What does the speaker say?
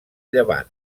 llevant